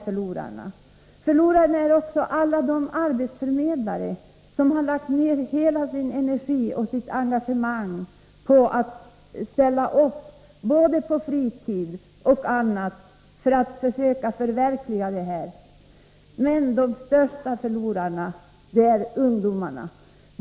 Förlorarna är också alla de arbetsförmedlare som har lagt ner hela sin energi och sitt engagemang på att ställa upp även på sin fritid för att försöka förverkliga regeringsförslaget. Men de största förlorarna är ungdomarna.